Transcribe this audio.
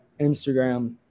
Instagram